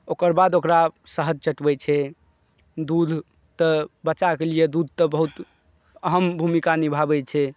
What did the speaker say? ओकर बाद ओकरा शहद चटबैत छै दूध तऽ बच्चाकेँ लिए दूध तऽ बहुत अहम भूमिका निभाबैत छै